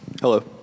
Hello